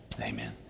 Amen